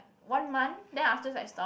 one month then after like stopped